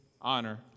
honor